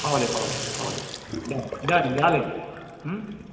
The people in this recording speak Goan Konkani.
पावलें पावलें पावलें डन डन जालें